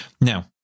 Now